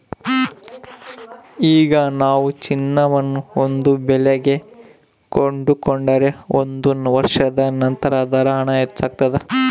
ಈಗ ನಾವು ಚಿನ್ನವನ್ನು ಒಂದು ಬೆಲೆಗೆ ಕೊಂಡುಕೊಂಡರೆ ಒಂದು ವರ್ಷದ ನಂತರ ಅದರ ಹಣ ಹೆಚ್ಚಾಗ್ತಾದ